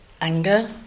anger